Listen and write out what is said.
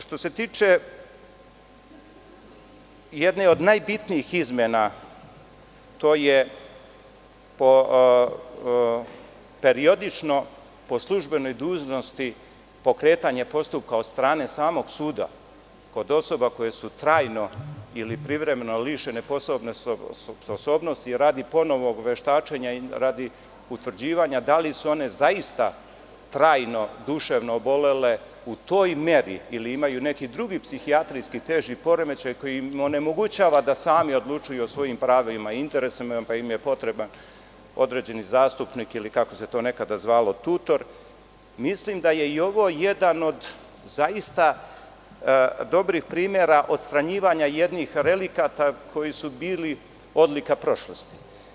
Što se tiče jedne od najbitnijih izmena, to je periodično, po službenoj dužnosti, pokretanje postupka od strane samog suda kod osoba koje su trajno ili privremeno lišene poslovne sposobnosti radi ponovnog veštačenja i utvrđivanja da li su one zaista trajno duševno obolele u toj meri ili imaju neki drugi psihijatrijski teži poremećaj koji im onemogućava da sami odlučuju o svojim pravima i interesima pa im je potreban određeni zastupnik ili kako se to nekada zvalo – tutor, mislim da je i ovo jedan od zaista dobrih primera odstranjivanja jednih relikata koji su bili odlika prošlosti.